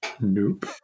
Nope